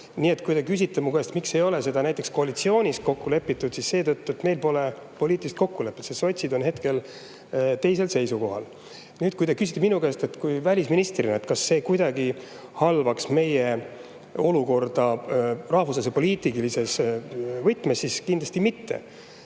Nii et kui te küsite minu käest, miks ei ole seda koalitsioonis kokku lepitud, siis seetõttu, et meil pole poliitilist kokkulepet, sest sotsid on hetkel teisel seisukohal. Kui te küsite minu kui välisministri käest, kas see halvaks meie olukorda rahvusvahelises poliitilises võtmes, siis kindlasti mitte.